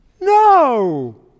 No